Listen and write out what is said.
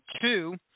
two